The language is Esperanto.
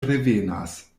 revenas